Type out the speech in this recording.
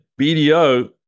BDO